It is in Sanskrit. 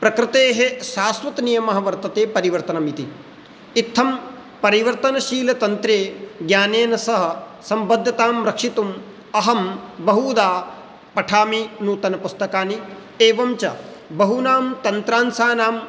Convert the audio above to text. प्रकृतेः शाश्वतनियमः वर्तते परिवर्तनमिति इत्थं परिवर्तनशीलतन्त्रेज्ञानेन सह सम्बद्धतां रक्षितुं अहं बहुधा पठामि नूतनपुस्तकानि एवञ्च बहूनां तन्त्रांशानां